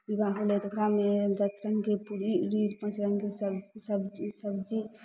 विवाह होलै तऽ ओकरामे दस रङ्गके पूड़ी उड़ी पाँच रङ्गके सब सबजी